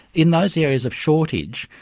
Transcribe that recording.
in those areas of shortage,